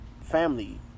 family